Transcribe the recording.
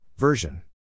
Version